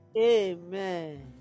Amen